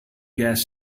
gas